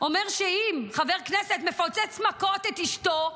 אומר שאם חבר כנסת מפוצץ במכות את אשתו,